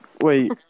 wait